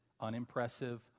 unimpressive